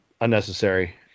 unnecessary